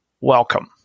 welcome